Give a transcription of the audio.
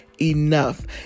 enough